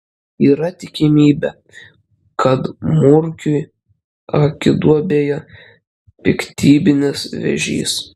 yra tikimybė kad murkiui akiduobėje piktybinis vėžys